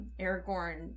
Aragorn